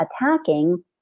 attacking